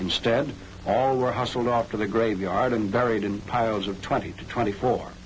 instead all were hustled off to the graveyard and buried in piles of twenty to twenty four